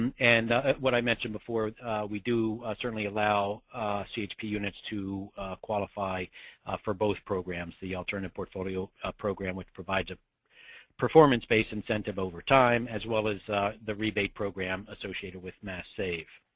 um and what i mentioned before we do certainly allow chp units to qualify for both programs the alternative portfolio program which provides a performance-based incentive over time as well as the rebate program associated with mass save.